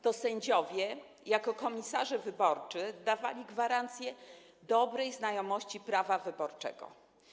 To sędziowie jako komisarze wyborczy dawali gwarancję dobrej znajomości prawa wyborczego.